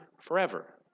forever